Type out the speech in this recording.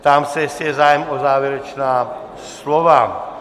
Ptám se, jestli je zájem o závěrečná slova.